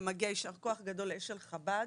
ומגיע יישר כוח גדול לאשל חב"ד.